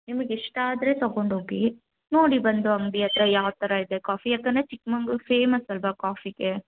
ನಿಮಗೆ ಇಷ್ಟ ಆದರೆ ತಗೊಂಡು ಹೋಗಿ ನೋಡಿ ಬಂದು ಅಂಗಡಿ ಹತ್ತಿರ ಯಾವ ಥರ ಇದೆ ಕಾಫಿ ಏಕೆಂದ್ರೆ ಚಿಕ್ಕ ಮಂಗ್ಳೂರು ಫೇಮಸ್ ಅಲ್ವ ಕಾಫಿಗೆ